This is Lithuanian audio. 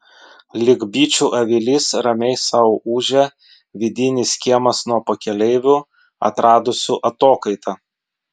lyg bičių avilys ramiai sau ūžia vidinis kiemas nuo pakeleivių atradusių atokaitą